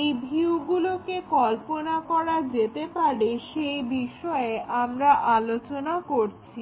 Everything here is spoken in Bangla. এই ভিউগুলোকে কল্পনা করা যেতে পারে সে বিষয়ে আমরা আলোচনা করছি